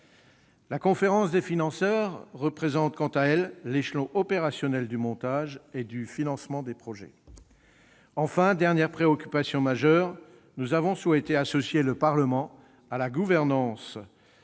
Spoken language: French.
La conférence des financeurs représente, quant à elle, l'échelon opérationnel du montage et du financement des projets. Enfin, dernière préoccupation majeure, nous avons souhaité associer le Parlement à la gouvernance